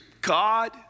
God